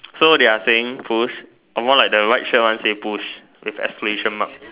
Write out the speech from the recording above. so they are saying push more like the white shirt one say push with exclamation mark